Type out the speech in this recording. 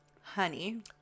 Honey